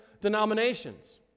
denominations